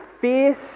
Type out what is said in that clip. Fierce